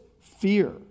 fear